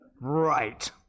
Right